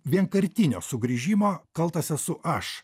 vienkartinio sugrįžimo kaltas esu aš